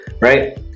right